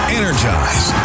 energize